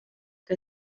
que